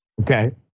Okay